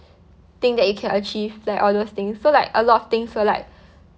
think that you can achieve like all those things so like a lot of things feel like